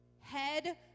head